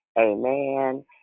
Amen